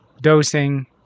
Dosing